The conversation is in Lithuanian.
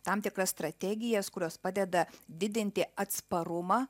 tam tikras strategijas kurios padeda didinti atsparumą